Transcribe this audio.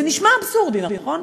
זה נשמע אבסורדי, נכון?